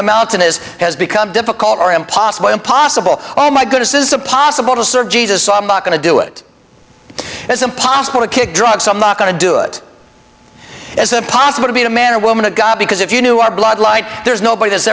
the mountain is has become difficult or impossible impossible oh my goodness is a possible to serve jesus going to do it it's impossible to kick drugs i'm not going to do it as a possible to be a man or woman of god because if you knew our bloodline there's nobody tha